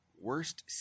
worst